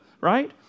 right